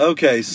Okay